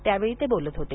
त्यावेळी ते बोलत होते